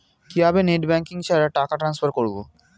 কিভাবে net banking ছাড়া টাকা টান্সফার করব?